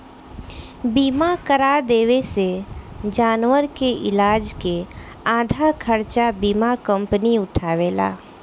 बीमा करा देवे से जानवर के इलाज के आधा खर्चा बीमा कंपनी उठावेला